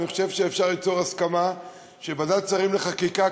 אני חושב שאפשר ליצור הסכמה שוועדת שרים לחקיקה,